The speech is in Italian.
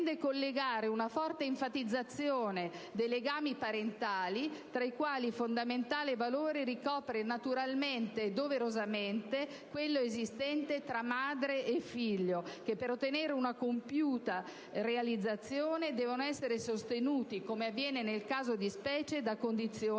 e uguaglianza, si intende collegare una forte enfatizzazione dei legami parentali - tra i quali fondamentale valore ricopre, naturalmente e doverosamente, quello esistente tra madre e figlio - che per ottenere una compiuta realizzazione devono essere sostenuti, come avviene nel caso di specie, da condizioni